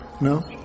No